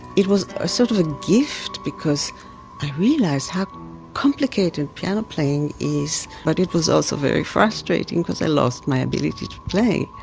it was ah sort of a gift, because i realized how complicated piano playing is. but it was also very frustrating cuz' i lost my ability to play.